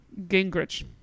Gingrich